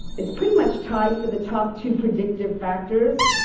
it's pretty much tied for the top two predictive factors,